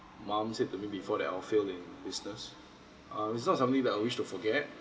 mom said to me before that I'll fail in business uh it's not something that I will wish to forget